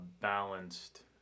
balanced